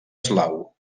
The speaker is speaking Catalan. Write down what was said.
eslau